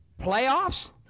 Playoffs